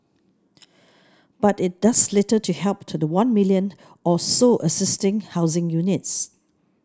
but it does little to help the one million or so existing housing units